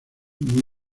muy